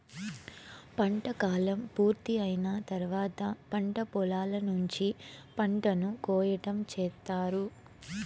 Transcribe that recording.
పంట కాలం పూర్తి అయిన తర్వాత పంట పొలాల నుంచి పంటను కోయటం చేత్తారు